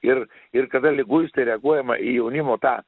ir ir kada liguistai reaguojama į jaunimo tą